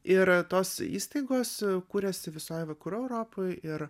ir tos įstaigos kuriasi visoj vakarų europoj ir